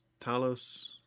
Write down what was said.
Talos